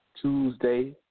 Tuesday